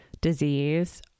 disease